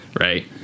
right